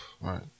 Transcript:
Right